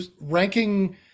ranking